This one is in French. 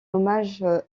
hommage